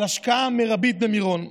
להשקעה מרבית במירון.